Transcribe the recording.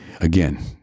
Again